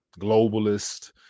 globalist